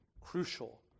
crucial